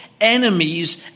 enemies